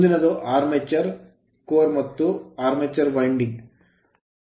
ಮುಂದಿನದು armature armature armature armature core core ಮತ್ತು winding winding ಅನ್ನು ಒಳಗೊಂಡಿದೆ